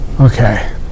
Okay